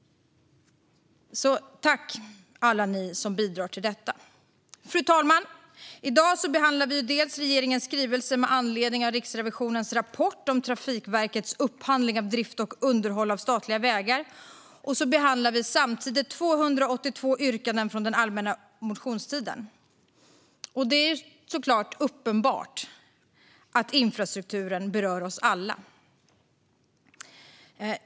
Tack, alla ni som bidrar till detta! Fru talman! I dag behandlar vi regeringens skrivelse med anledning av Riksrevisionens rapport om Trafikverkets upphandling av drift och underhåll av statliga vägar. Vi behandlar samtidigt 282 yrkanden från den allmänna motionstiden. Det är såklart uppenbart att infrastrukturen berör oss alla.